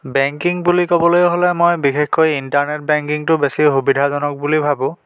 banking বুলি ক'বলৈ হ'লে মই বিশেষকৈ ইণ্টাৰনেট বেংকিংটো বেছি সুবিধাজনক বুলি ভাবোঁ